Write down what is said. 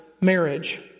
marriage